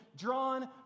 drawn